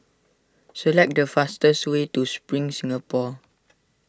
select the fastest way to Spring Singapore